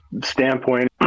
standpoint